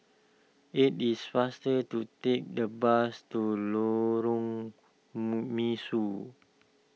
it is faster to take the bus to Lorong Mesu